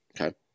okay